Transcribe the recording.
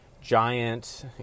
Giant